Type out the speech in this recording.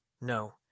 No